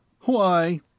Why